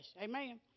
amen